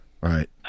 Right